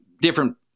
different